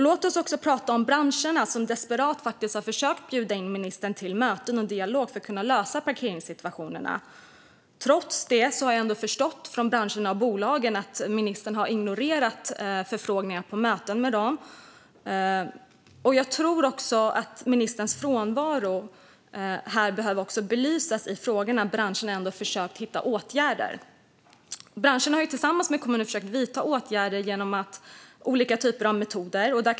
Låt oss också prata om branscherna som faktiskt desperat har försökt bjuda in ministern till möten och dialog för att lösa parkeringssituationerna. Jag har förstått från branschen och bolagen att ministern har ignorerat förfrågningarna om möten. Jag tror att ministerns frånvaro behöver belysas. Branschen har ändå försökt hitta åtgärder. Branschen har tillsammans med kommuner försökt vidta åtgärder genom olika metoder.